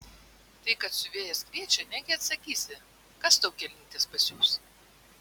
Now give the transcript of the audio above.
tai kad siuvėjas kviečia negi atsakysi kas tau kelnytes pasiūs